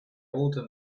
older